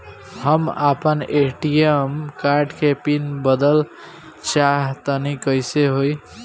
हम आपन ATM card के पीन बदलल चाहऽ तनि कइसे होई?